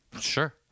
Sure